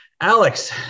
Alex